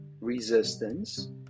resistance